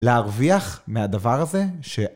להרוויח מהדבר הזה ש